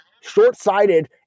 short-sighted